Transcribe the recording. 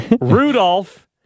Rudolph